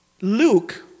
Luke